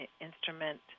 instrument